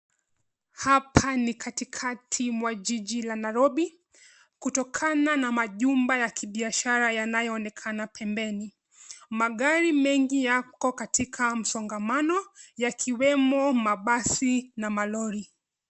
Hapa ni katikati mwa jiji la Nairobi kutokana na majumba ya kibiashara yanayoonekana pembeni. Magari mengi yako katika msongamano yakiwemo mabasi na malori.